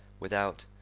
without,